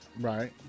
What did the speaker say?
right